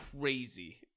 crazy